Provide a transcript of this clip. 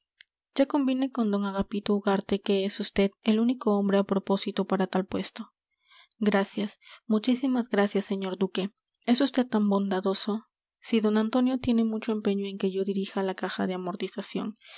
ya convine con d agapito ugarte que es vd el único hombre a propósito para tal puesto gracias muchísimas gracias señor duque es usted tan bondadoso sí d antonio tiene mucho empeño en que yo dirija la caja de amortización